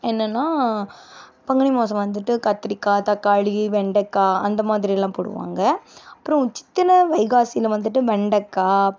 என்னனா பங்குனி மாதம் வந்துவிட்டு கத்திரிக்காய் தக்காளி வெண்டக்காய் அந்தமாதிரிலாம் போடுவாங்க அப்பறம் சித்திரை வைகாசியில வந்துவிட்டு வெண்டக்காய்